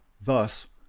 thus